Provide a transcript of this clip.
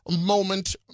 moment